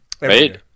right